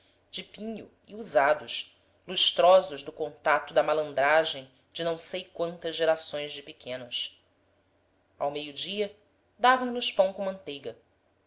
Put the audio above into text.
pinho e usados lustrosos do contato da malandragem de não sei quantas gerações de pequenos ao meio-dia davam nos pão com manteiga